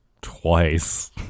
twice